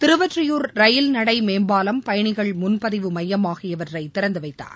Thiruvottiyur rail நடை மேம்பாலம் பயணிகள் முன்பதிவு மையம் ஆகியவற்றை திறந்துவைத்தார்